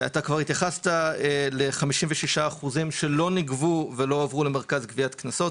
אתה כבר התייחסת ל-56% שלא נגבו ולא הועברו למרכז גביית קנסות,